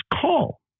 call